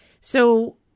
So-